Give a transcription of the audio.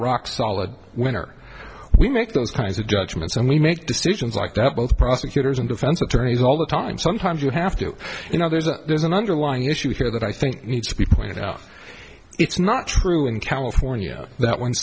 rock solid winner we make those kinds of judgments and we make decisions like that both prosecutors and defense attorneys all the time sometimes you have to you know there's a there's an underlying issue here that i think needs to be pointed out it's not true in california that when